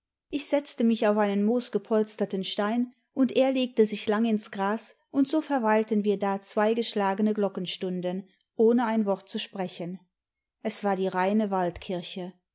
ich setzte mich auf einen moosgepolsterten stein und er legte sich lang ins gras und so verweilten wir da zwei geschlagene glockenstunden ohne ein wort zu sprechen es war die reine